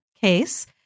case